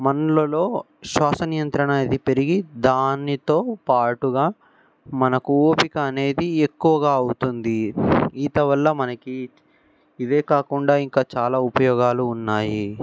మనలలో శ్వాస నియంత్రణ అనేది పెరిగి దానితో పాటుగా మనకు ఓపిక అనేది ఎక్కువగా అవుతుంది ఈత వల్ల మనకి ఇవే కాకుండా ఇంకా చాలా ఉపయోగాలు ఉన్నాయి